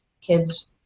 Kids